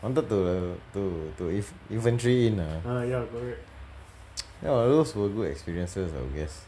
wanted to to to infan~ infantry in ah ya those was good experiences I guess